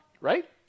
right